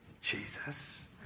Jesus